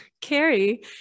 Carrie